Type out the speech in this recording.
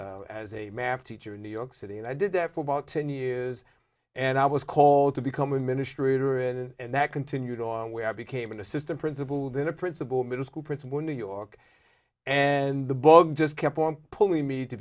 as a math teacher in new york city and i did that for about ten years and i was called to become administrator and that continued on where i became an assistant principal then a principal middle school principal in new york and the bug just kept on pulling me to